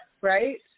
Right